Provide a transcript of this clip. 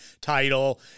title